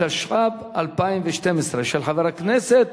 התשע"ב 2012, של חבר הכנסת